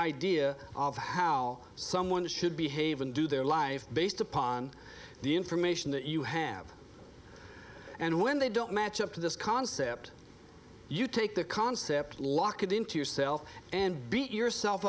idea of how someone should behave and do their life based upon the information that you have and when they don't match up to this concept you take the concept lock it into yourself and beat yourself